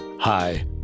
Hi